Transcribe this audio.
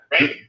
Right